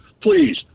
Please